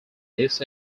this